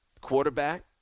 Quarterback